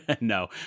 No